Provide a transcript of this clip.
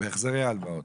בהחזרי ההלוואות?